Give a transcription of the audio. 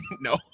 No